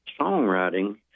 songwriting